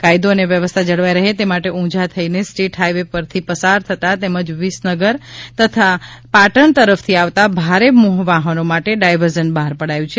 કાયદો અને વ્યવસ્થા જળવાઇ રહે તે માટે ઉંઝા થઇને સ્ટેટ હાઇવે પરથી પસાર થતા તેમજ વીસનગર જતા પાટણ તરફથી આવતા ભારે વાહનો માટે ડાયવર્ઝન બહાર પડાયું છે